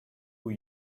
who